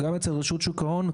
גם אצל רשות שוק ההון,